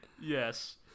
Yes